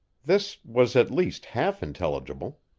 this was at least half-intelligible.